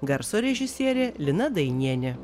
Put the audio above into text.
garso režisierė lina dainienė